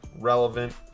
relevant